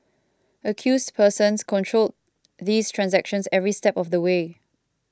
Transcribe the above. accused persons controlled these transactions every step of the way